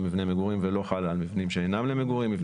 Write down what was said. למבני מגורים ולא חלה על מבנים שאינם למגורים,